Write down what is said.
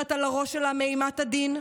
ששומרת על הראש שלה מאימת הדין.